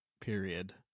period